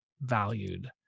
valued